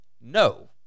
no